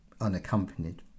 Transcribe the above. unaccompanied